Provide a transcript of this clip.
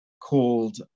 called